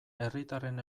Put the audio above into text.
herritarren